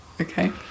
Okay